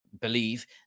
believe